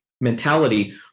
mentality